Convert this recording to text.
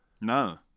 No